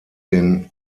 den